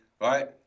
right